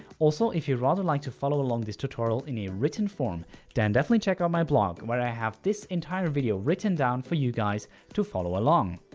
also, if you rather like to follow along this tutorial in a written form then definitely check out my blog where i have this entire video written down for you guys to follow along.